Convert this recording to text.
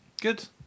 Good